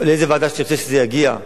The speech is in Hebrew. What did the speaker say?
לאיזו ועדה תרצה שזה יגיע,